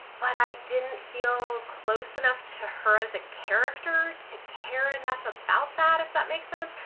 but i didn't feel close enough to her as a character to care enough about that, if that makes sense.